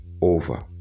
over